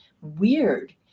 weird